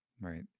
Right